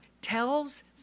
tells